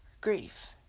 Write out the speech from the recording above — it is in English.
grief